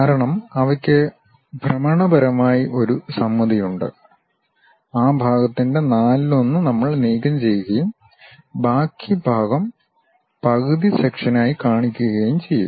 കാരണം അവയ്ക്ക് ഭ്രമണപരമായി ഒരു സമമിതി ഉണ്ട് ആ ഭാഗത്തിന്റെ നാലിലൊന്ന് നമ്മൾ നീക്കംചെയ്യുകയും ബാക്കി ഭാഗം പകുതി സെക്ഷനായി കാണിക്കുകയും ചെയ്യും